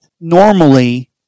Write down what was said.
normally